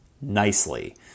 nicely